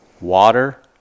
Water